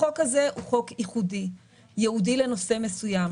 החוק הזה הוא חוק ייחודי, ייעודי לנושא מסוים.